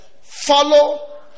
follow